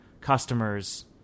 customers